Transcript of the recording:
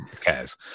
cares